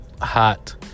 hot